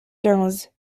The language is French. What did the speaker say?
quinze